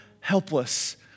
helpless